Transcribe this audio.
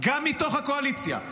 גם מתוך הקואליציה.